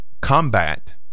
combat